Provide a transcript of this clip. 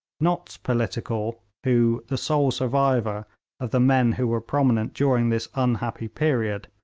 nott's political, who, the sole survivor of the men who were prominent during this unhappy period,